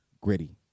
Gritty